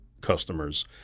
customers